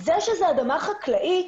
זה שזה אדמה חקלאית,